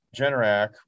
Generac